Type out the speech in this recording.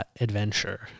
adventure